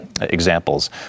examples